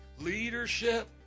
leadership